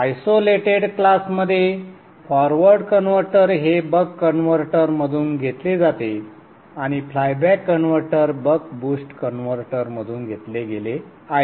isolated क्लासमध्ये forward converter हे buck converter मधून घेतले जाते आणि flyback converter buck boost कन्व्हर्टरमधून घेतले गेले आहे